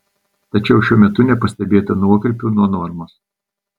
tačiau šiuo metu nepastebėta nuokrypių nuo normos